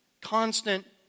Constant